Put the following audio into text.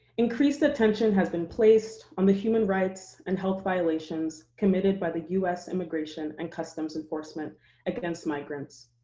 increased attention has been placed on the human rights and health violations committed by the us immigration and customs enforcement against migrants.